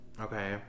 Okay